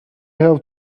have